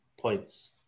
points